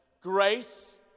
grace